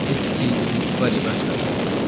इस चीज दी परिभाशा तुप्पो